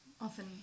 often